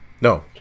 No